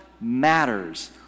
matters